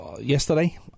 yesterday